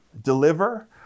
deliver